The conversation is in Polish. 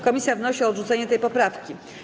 Komisja wnosi o odrzucenie tej poprawki.